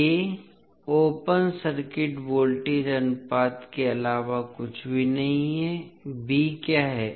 a open circuit voltage अनुपात के अलावा कुछ भी नहीं है b क्या है